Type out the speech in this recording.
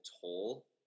toll